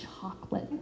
chocolate